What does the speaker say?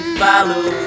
follow